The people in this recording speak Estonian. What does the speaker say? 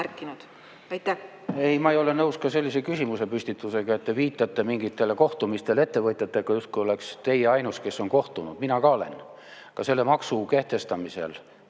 Ei, ma ei ole nõus ka sellise küsimusepüstitusega, et te viitate mingitele kohtumistele ettevõtjatega, justkui oleksite teie ainus, kes on nendega kohtunud. Mina ka olen. Ka selle maksu kehtestamise